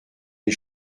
les